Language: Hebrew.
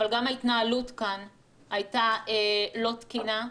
אבל גם ההתנהלות כאן הייתה לא תקינה.